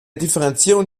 differenzierung